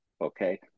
Okay